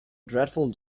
dreadful